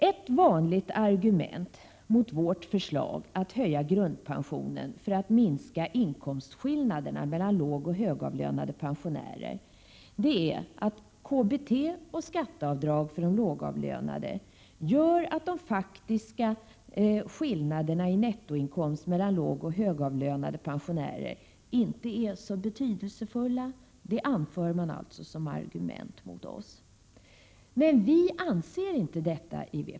Ett vanligt argument som används mot vårt förslag att höja grundpensionen för att minska inkomstskillnaden mellan lågoch högavlönade pensionärer är att kommunalt bostadstillägg och skatteavdrag för de lågavlönade gör att de faktiska skillnaderna i nettoinkomst mellan lågoch högavlönade pensionärer inte är så betydelsefulla. Vi i vpk anser inte detta.